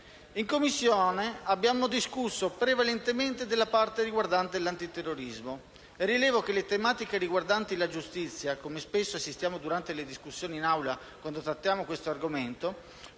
In Commissione abbiamo discusso prevalentemente della parte riguardante l'antiterrorismo. Rilevo che le tematiche riguardanti la giustizia, come avviene spesso durante le discussioni in Aula quando trattiamo questo argomento,